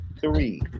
three